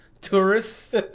tourists